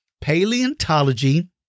Paleontology